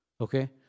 Okay